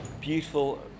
beautiful